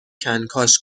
کنکاش